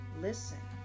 Listen